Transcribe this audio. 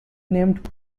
named